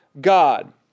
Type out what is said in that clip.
God